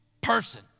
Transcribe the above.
person